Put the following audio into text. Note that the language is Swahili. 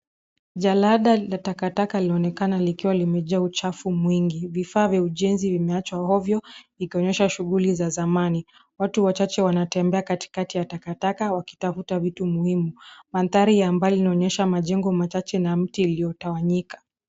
Jalada la takataka linaonekana likiwa limejaa uchafu mwingi. Vifaa vya ujenzi vimeachwa ovyo, vikionyesha shughuli za zamani. Watu wachache wanatembea kati kati ya takataka wakitafuta vitu muhimu. Mandhari ambayo inaonyesha majengo machache na miti iliyotawanyika.